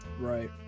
Right